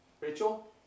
Rachel